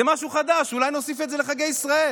זה משהו חדש, אולי נוסיף את זה לחגי ישראל,